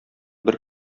бер